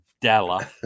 Della